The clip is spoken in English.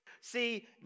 See